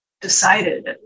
decided